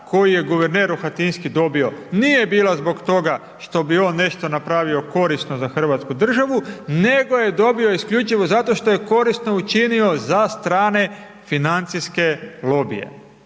koju je guverner Rohatinski dobio nije bila zbog toga što bi on nešto napravio korisno za Hrvatsku državu nego je dobio isključivo zato što je korisno učinio za strane financijske lobije,